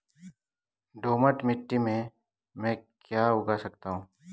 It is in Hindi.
दोमट मिट्टी में म ैं क्या क्या उगा सकता हूँ?